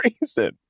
reason